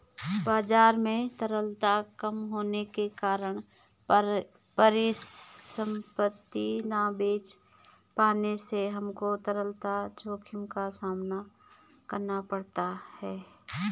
बाजार में तरलता कम होने के कारण परिसंपत्ति ना बेच पाने से हमको तरलता जोखिम का सामना करना पड़ता है